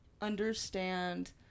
understand